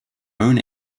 own